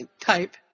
type